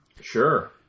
Sure